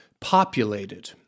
populated